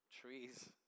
trees